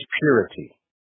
Purity